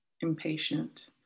impatient